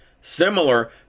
similar